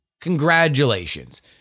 Congratulations